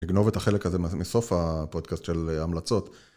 נגנוב את החלק הזה מסוף הפודקאסט של המלצות.